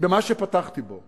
במה שפתחתי בו: